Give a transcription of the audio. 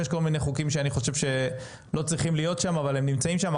יש כל מיני חוקים שאני חושב שלא צריכים להיות שם אבל הם נמצאים שם.